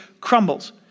crumbles